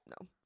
no